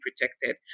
protected